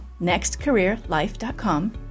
nextcareerlife.com